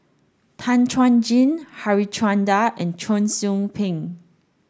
Tan Chuan Jin Harichandra and Cheong Soo Pieng